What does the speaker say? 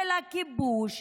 של הכיבוש,